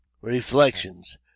Reflections